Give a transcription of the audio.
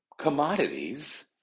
commodities